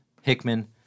Hickman